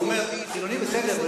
אני אומר: "חילוני" בסדר,